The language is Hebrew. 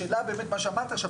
השאלה באמת מה שאמרת עכשיו,